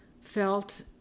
felt